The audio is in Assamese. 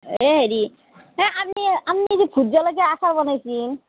এই হেৰি এই আপনি আপনি যে ভোটজলকীয়া আচাৰ বনাইছিল